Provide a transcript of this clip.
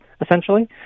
essentially